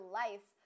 life